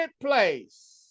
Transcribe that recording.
place